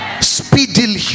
speedily